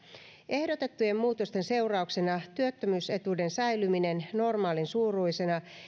ehdotettujen muutosten seurauksena työttömyysetuuden säilyminen normaalin suuruisena